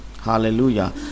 Hallelujah